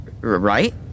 right